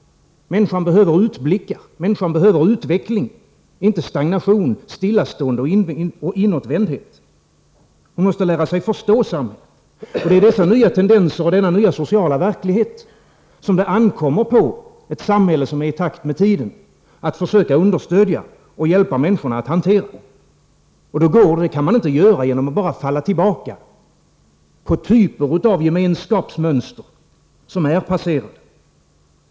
Människan behöver utblickar, människan behöver utveckling — inte stagnation, stillastående och inåtvändhet. Hon måste lära sig att förstå samhället. Det är dessa nya tendenser och denna nya sociala verklighet som det ankommer på ett samhälle som är i takt med tiden att försöka understödja och hjälpa människorna att hantera. Det kan man inte göra genom att bara falla tillbaka på typer av gemenskapsmönster som är passerade.